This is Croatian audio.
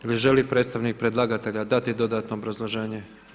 Da li želi predstavnik predlagatelja dati dodatno obrazloženje?